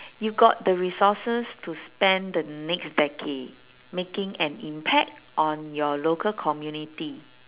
you've got the resources to spend the next decade making an impact on your local community